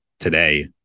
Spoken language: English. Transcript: Today